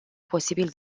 posibil